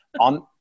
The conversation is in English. on